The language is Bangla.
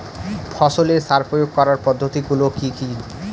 ফসলের সার প্রয়োগ করার পদ্ধতি গুলো কি কি?